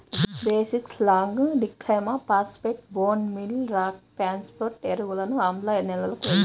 basic slag, డిక్లైమ్ phosphate, bone meal rock phosphate ఎరువులను ఆమ్ల నేలలకు వేయాలి